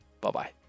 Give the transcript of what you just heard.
Bye-bye